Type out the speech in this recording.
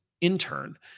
intern